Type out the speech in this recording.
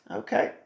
okay